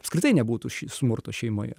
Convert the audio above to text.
apskritai nebūtų šį smurto šeimoje